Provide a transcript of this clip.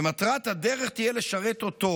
ומטרת הדרך תהיה לשרת אותו.